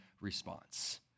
response